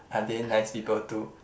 are they nice people too